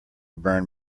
burn